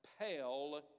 pale